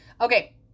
Okay